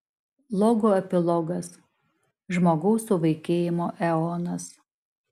logo epilogas žmogaus suvaikėjimo eonas